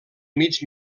mig